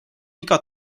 iga